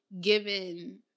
given